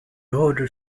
order